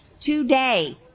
today